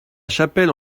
chapelle